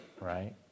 right